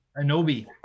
Anobi